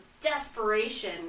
desperation